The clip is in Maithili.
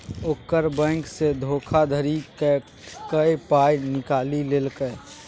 ओकर बैंकसँ धोखाधड़ी क कए पाय निकालि लेलकै